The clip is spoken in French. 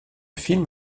film